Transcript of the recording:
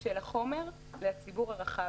של החומר לציבור הרחב,